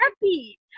happy